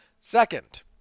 Second